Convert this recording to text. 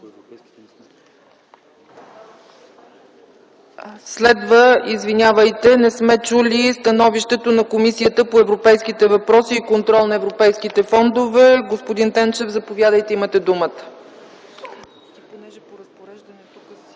Лъчезар Иванов. Следва становището на Комисията по европейските въпроси и контрол на европейските фондове. Господин Танчев, заповядайте. Имате думата.